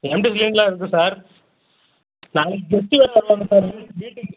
empty சிலிண்ட்ரெலாம் இருக்குது sir நாளைக்கு கெஸ்ட்டு வேறு வர்றாங்க சார் வீட்டுக்கு